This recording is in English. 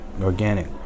organic